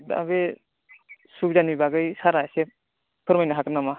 दा बे सुबिदानि बागै सारआ एसे फोरमायनो हागोन नामा